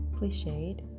cliched